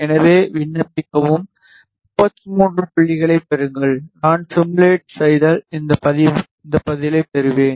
எனவே விண்ணப்பிக்கவும் 51 புள்ளிகளைப் பெறுங்கள் நான் சிமுலேட் செய்தல் இந்த பதிலைப் பெறுவேன்